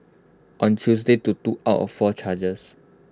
on Tuesday to two out of four charges